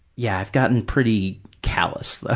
yeah, i've gotten pretty callous, though.